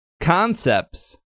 concepts